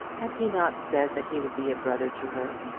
had he not said that he would be a brother to her,